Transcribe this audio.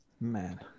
Man